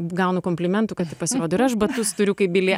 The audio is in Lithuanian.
gaunu komplimentų kad pasirodo ir aš batus turiu kaip